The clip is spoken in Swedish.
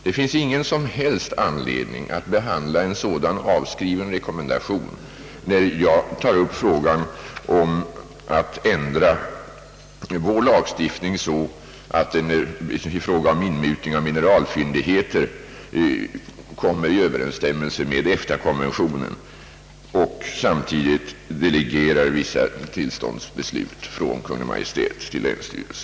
Det finns ingen som helst anledning att behandla en sådan avskriven rekommendation när jag tar upp frågan att ändra vår lagstiftning så att den i fråga om inmutning av mineralfyndigheter kommer i överensstämmelse med EFTA-konventionen och samtidigt delegerar vissa tillståndsbeslut från Kungl. Maj:t till länsstyrelse.